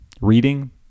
Reading